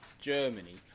Germany